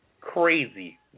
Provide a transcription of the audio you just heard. Crazy